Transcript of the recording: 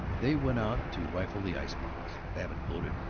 they went out to rifle the ice-box. babbitt gloated,